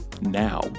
now